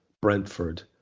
Brentford